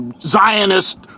Zionist